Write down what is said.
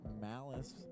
malice